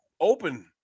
open